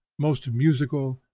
most musical,